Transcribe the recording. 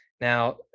Now